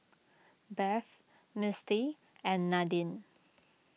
Beth Misty and Nadine